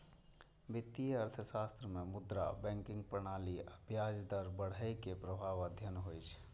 वित्तीय अर्थशास्त्र मे मुद्रा, बैंकिंग प्रणाली आ ब्याज दर बढ़ै के प्रभाव अध्ययन होइ छै